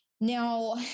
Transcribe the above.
Now